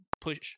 push